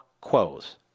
quos